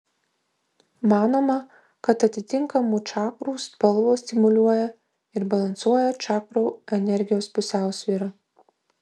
manoma kad atitinkamų čakrų spalvos stimuliuoja ir balansuoja čakrų energijos pusiausvyrą